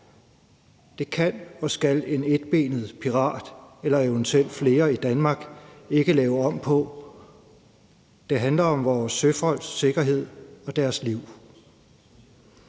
Det kan og skal en etbenet pirat eller eventuelt flere i Danmark ikke lave om på. Det handler om vores søfolks sikkerhed og deres liv.